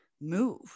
move